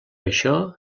això